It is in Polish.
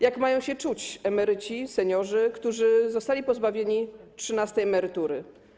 Jak mają się czuć emeryci, seniorzy, którzy zostali pozbawieni trzynastej emerytury?